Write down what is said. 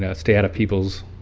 and stay out of people's,